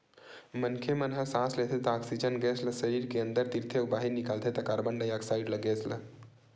मनखे मन ह सांस लेथे त ऑक्सीजन गेस ल सरीर के अंदर तीरथे अउ बाहिर निकालथे त कारबन डाईऑक्साइड ऑक्साइड गेस ल